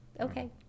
okay